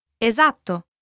Esatto